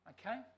Okay